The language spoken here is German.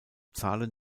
zahlen